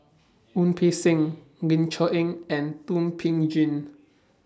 Wu Peng Seng Ling Cher Eng and Thum Ping Tjin